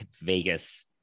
Vegas